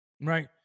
right